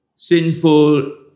Sinful